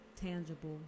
tangible